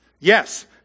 Yes